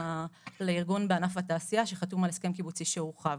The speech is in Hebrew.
לארגון בענף התעשייה שחתום על הסכם קיבוצי שהורחב.